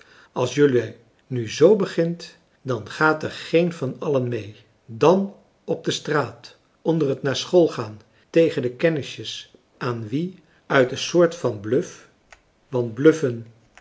als jelui nu z begint dan gaat er geen een van allen mee dàn op de straat onder t naar school gaan tegen de kennisjes aan wie uit een soort van bluf